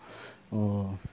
oh